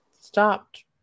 stopped